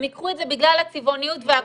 הם ייקחו את זה בגלל הצבעוניות והכול.